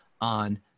on